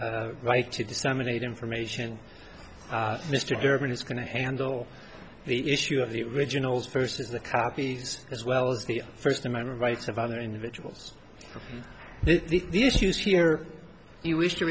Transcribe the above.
he's right to disseminate information mr durban is going to handle the issue of the originals versus the copies as well as the first amendment rights of other individuals the issues here you wish to